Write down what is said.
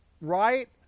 right